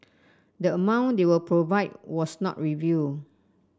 the amount they will provide was not revealed